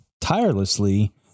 tirelessly